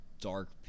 dark